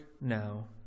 now